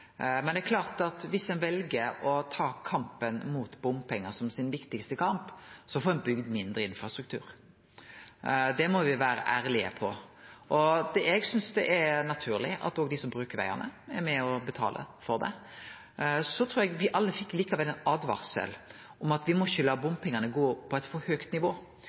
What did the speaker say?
Men viss ein vel å ha kampen mot bompengar som sin viktigaste kamp, får ein bygd mindre infrastruktur. Det må me vere ærlege på. Eg synest det er naturleg at òg dei som brukar vegane, er med på å betale for dei. Eg trur likevel at me alle fekk ei åtvaring om at me ikkje må la bompengane få eit for høgt nivå.